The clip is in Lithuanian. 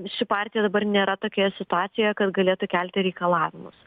ši partija dabar nėra tokioje situacijoje kad galėtų kelti reikalavimus